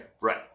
Right